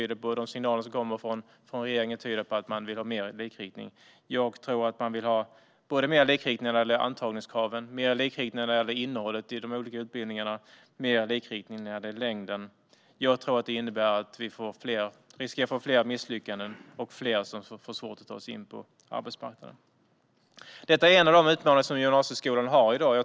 De signaler som kommer från regeringen tyder på att man vill ha mer likriktning när det gäller antagningskraven, innehållet i de olika utbildningarna och längden på utbildningarna. Jag tror att det innebär att vi riskerar att få fler misslyckanden och fler som får svårt att ta sig in på arbetsmarknaden. Detta är en av de utmaningar som gymnasieskolan har i dag.